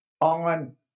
on